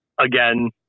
again